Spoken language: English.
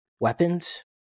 weapons